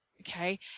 okay